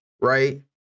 right